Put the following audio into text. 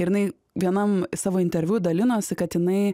ir jinai vienam savo interviu dalinosi kad jinai